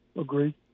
Agree